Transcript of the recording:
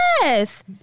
yes